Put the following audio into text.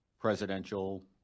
presidential